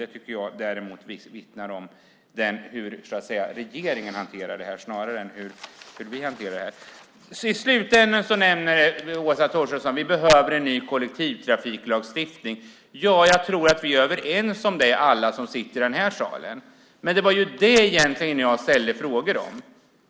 Det tycker jag vittnar om hur regeringen hanterar det här snarare än om hur vi hanterar det. Till slut nämner Åsa Torstensson att vi behöver en ny kollektivtrafiklagstiftning. Jag tror att alla vi som sitter i den här salen är överens om det. Det var det jag ställde frågor om.